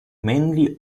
manly